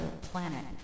planet